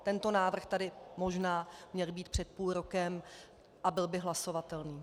Tento návrh tady možná měl být před půl rokem a byl by hlasovatelný.